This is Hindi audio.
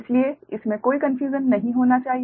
इसलिए इसमे कोई कन्फ़्युजन नहीं होना चाहिए